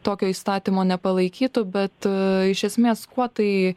tokio įstatymo nepalaikytų bet iš esmės kuo tai